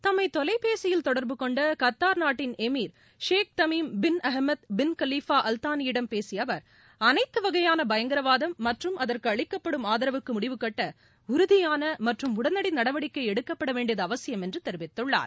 தம்மை தொலைபேசியில் தொடர்பு கொண்ட கத்தார் நாட்டின் Amir Sheikh Tamim bin Hamad bin Khalifa Al தானியிடம் பேசிய அவர் அனைத்து வகையான பயங்கரவாதம் மற்றும் அதற்கு அளிக்கப்படும் ஆதரவுக்கு முடிவு கட்ட உறுதியான மற்றும் உடனடி நடவடிக்கை எடுக்கப்பட வேண்டியது அவசியம் என்று தெரிவித்துள்ளார்